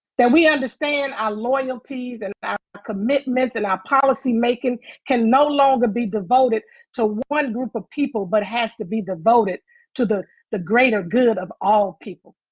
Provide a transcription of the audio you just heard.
that we understand our loyalties and our commitments and our policy-making can no longer be devoted to one group of people, but has to be devoted to the the greater good of all people.